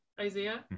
Isaiah